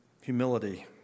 humility